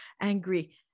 angry